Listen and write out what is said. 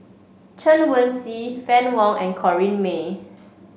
Chen Wen Hsi Fann Wong and Corrinne May